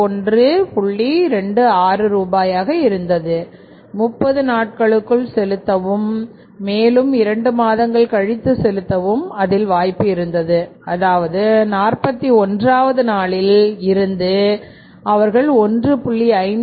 26 ரூபாயாக இருந்தது 30 நாட்களுக்குள் செலுத்தவும் மேலும் இரண்டு மாதங்கள் கழித்து செலுத்தவும் அதில் வாய்ப்பு இருந்தது அதாவது 41 நாளில் இருந்து அவர்கள் 1